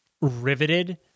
riveted